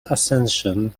accession